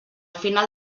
final